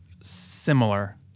similar